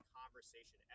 conversation